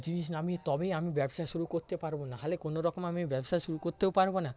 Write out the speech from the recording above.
জিনিস নামিয়ে তবেই আমি ব্যবসা শুরু করতে পারব নাহলে কোনো রকম আমি ব্যবসা শুরু করতেও পারব না